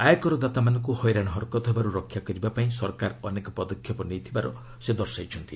ଆୟକର ଦାତାମାନଙ୍କୁ ହଇରାଣ ହରକତ ହେବାରୁ ରକ୍ଷା କରିବା ପାଇଁ ସରକାର ଅନେକ ପଦକ୍ଷେପ ନେଇଥିବାର ସେ ଦର୍ଶାଇଛନ୍ତି